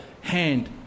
hand